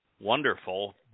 wonderful